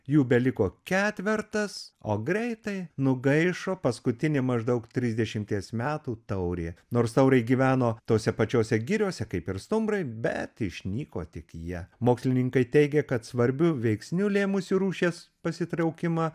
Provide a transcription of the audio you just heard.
jų beliko ketvertas o greitai nugaišo paskutinė maždaug trisdešimties metų taurė nors taurai gyveno tose pačiose giriose kaip ir stumbrai bet išnyko tik jie mokslininkai teigia kad svarbiu veiksniu lėmusiu rūšies pasitraukimą